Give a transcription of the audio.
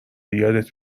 یادت